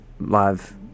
live